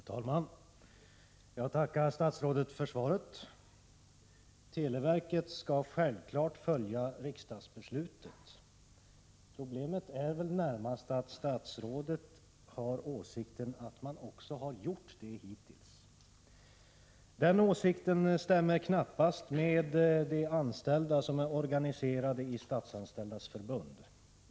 Herr talman! Jag tackar statsrådet för svaret. Televerket skall självfallet följa riksdagsbeslutet. Problemet är väl närmast att statsrådet har åsikten att verket också har gjort det hittills. Den åsikten stämmer knappast överens med åsikten hos de anställda som är organiserade i Statsanställdas förbund.